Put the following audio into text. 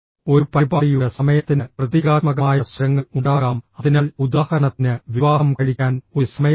ഒരു പരിപാടിയുടെ സമയത്തിന് പ്രതീകാത്മകമായ സ്വരങ്ങൾ ഉണ്ടാകാം അതിനാൽ ഉദാഹരണത്തിന് വിവാഹം കഴിക്കാൻ ഒരു സമയമുണ്ട്